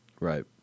Right